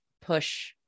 push